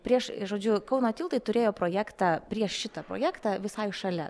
prieš žodžiu kauno tiltai turėjo projektą prieš šitą projektą visai šalia